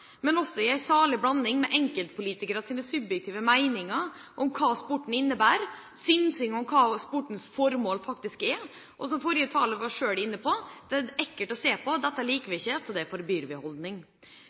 men også med en salig blanding av enkeltpolitikeres subjektive meninger om hva sporten innebærer, synsing om hva sportens formål faktisk er, og, som forrige taler selv var inne på, en «det er ekkelt å se på, dette liker